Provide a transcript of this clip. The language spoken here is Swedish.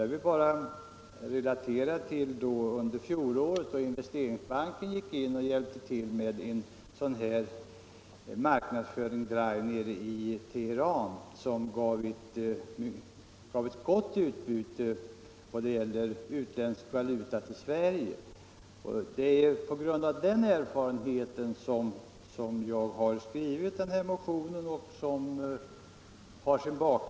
Jag vill relatera att Investeringsbanken under fjolåret hjälpte till med en marknadsföringsdrive i Teheran, vilken gav gott utbyte vad det gäller utländsk valuta till Sverige. Det är mot den bakgrunden som jag har skrivit min motion.